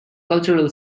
cultural